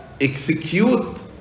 execute